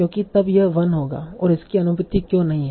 क्योंकि तब यह 1 होगा और इसकी अनुमति क्यों नहीं है